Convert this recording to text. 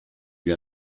wie